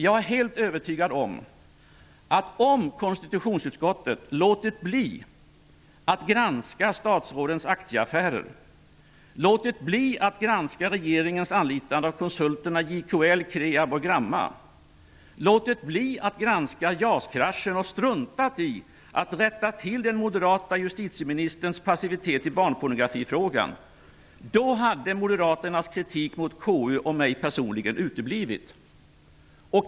Jag är helt övertygad om att om konstitutionsutskottet låtit bli att granska statsrådens aktieaffärer, regeringens anlitande av konsulterna JKL, KREAB och Gramma, JAS kraschen och struntat i att rätta till den moderata justitieministerns passivitet i barnpornografifrågan, då hade moderaternas kritik mot KU och mig personligen uteblivit.